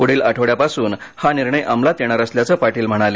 पुढील आठवड्यापासून हा निर्णय अमलात येणार असल्याचं पाटील म्हणाले